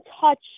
touch